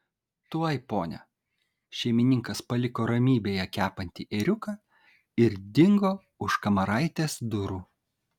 tuoj pone šeimininkas paliko ramybėje kepantį ėriuką ir dingo už kamaraitės durų